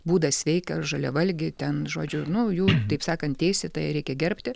būdą sveiką žaliavalgį ten žodžiu nu jų taip sakant teisė tai ją reikia gerbti